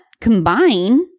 combine